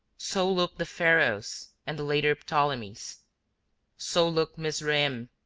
so looked the pharaohs and the later ptolemies so looked mizraim,